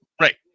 Right